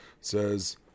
says